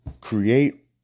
create